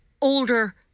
older